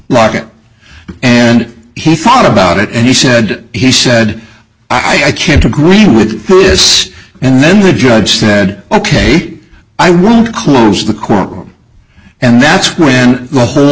market and he thought about it and he said he said i can't agree with this and then the judge said ok i won't close the court room and that's when the w